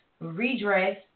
redress